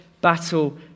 battle